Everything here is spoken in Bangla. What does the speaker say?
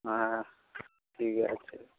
হ্যাঁ ঠিক আছে